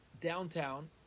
downtown